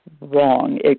wrong